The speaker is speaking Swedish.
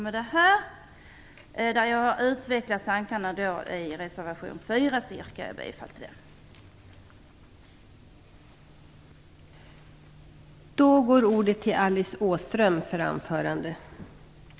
Jag har här utvecklat de tankar som förs fram i reservation 4, och jag yrkar härmed bifall till den reservationen.